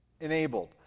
enabled